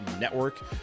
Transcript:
Network